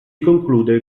conclude